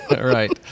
Right